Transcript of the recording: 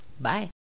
Bye